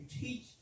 teach